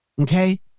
Okay